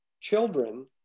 children